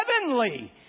heavenly